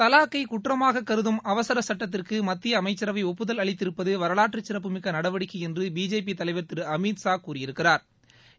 தலாக்கை குற்றமாக கருதும் அவசர சட்டத்திற்கு மத்திய அமைச்சரவை ஒப்புதல் அளித்திருப்பது வரலாற்றுச்சிறப்புமிக்க நடவடிக்கை என்று பிஜேபி தலைவர் திரு அமீத்ஷா கூறியிருக்கிறாா்